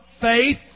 faith